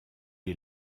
est